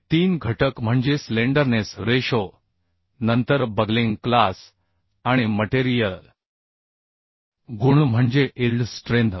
हे तीन घटक म्हणजे स्लेंडरनेस रेशो नंतर बकलिंग क्लास आणि मटेरियल गुण म्हणजे इल्ड स्ट्रेंथ